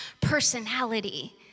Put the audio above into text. personality